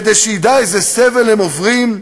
כדי שהוא ידע איזה סבל הם עוברים?